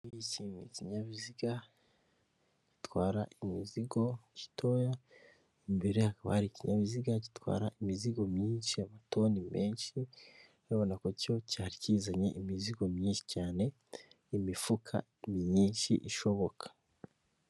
Iki ngiki ni ikinyabiziga gitwara imizigo gitoya, imbere hari ikinyabiziga gitwara imizigo myinshi, amatoni menshi, urabibona ko cyo cyari kizanye imizigo myinshi cyane imifuka ni myinshi ishoboka.